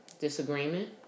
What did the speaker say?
disagreement